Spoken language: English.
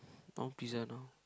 I want pizza now